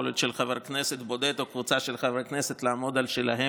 יכולת של חבר כנסת בודד או קבוצה של חברי כנסת לעמוד על שלהם.